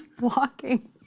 walking